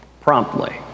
Promptly